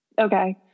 okay